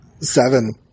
Seven